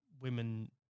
women